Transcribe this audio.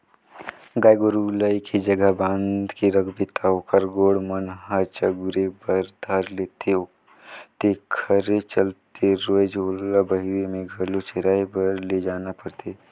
गाय गोरु ल एके जघा बांध के रखबे त ओखर गोड़ मन ह चगुरे बर धर लेथे तेखरे चलते रोयज ओला बहिरे में घलो चराए बर लेजना परथे